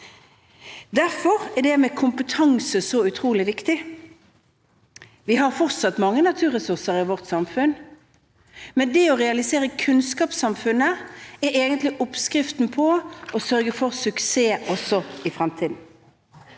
Derfor er dette med kompetanse så utrolig viktig. Vi har fortsatt mange naturressurser i vårt samfunn, men det å realisere kunnskapssamfunnet er egentlig oppskriften på å sørge for suksess også i fremtiden.